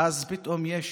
ואז פתאום יש